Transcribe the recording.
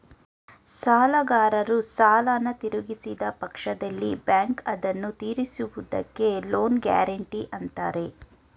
ಸಾಲಗಾರರು ಸಾಲನ ಹಿಂದಿರುಗಿಸಿದ ಪಕ್ಷದಲ್ಲಿ ಬ್ಯಾಂಕ್ ಅದನ್ನು ತಿರಿಸುವುದಕ್ಕೆ ಲೋನ್ ಗ್ಯಾರೆಂಟಿ ಅಂತಾರೆ